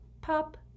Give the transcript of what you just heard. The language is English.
pop